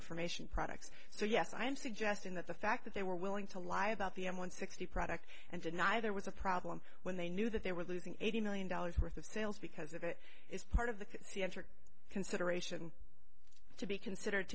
information products so yes i am suggesting that the fact that they were willing to lie about the m one sixty product and deny there was a problem when they knew that they were losing eighty million dollars worth of sales because that is part of the sea entered consideration to be considered